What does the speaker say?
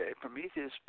Prometheus